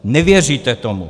Nevěříte tomu.